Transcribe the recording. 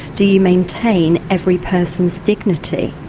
do you maintain every person's dignity?